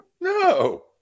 no